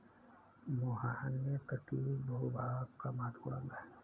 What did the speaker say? मुहाने तटीय भूभाग का महत्वपूर्ण अंग है